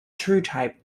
truetype